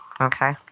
Okay